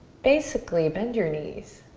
basically, bend your knees.